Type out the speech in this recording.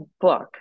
book